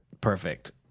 Perfect